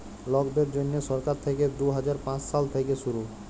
লকদের জ্যনহে সরকার থ্যাইকে দু হাজার পাঁচ সাল থ্যাইকে শুরু